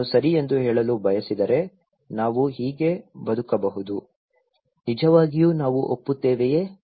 ನಾನು ಸರಿ ಎಂದು ಹೇಳಲು ಬಯಸಿದರೆ ನಾವು ಹೀಗೆ ಬದುಕಬಹುದು ನಿಜವಾಗಿಯೂ ನಾವು ಒಪ್ಪುತ್ತೇವೆಯೇ